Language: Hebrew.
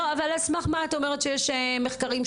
על סמך את אומרת את הדברים?